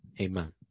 Amen